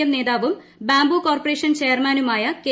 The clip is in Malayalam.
എം നേതാവും ബാംബു കോർപറേഷൻ ചെയർമാനുമായ കെ